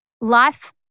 life